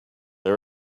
they